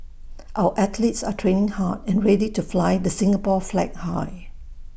our athletes are training hard and ready to fly the Singapore flag high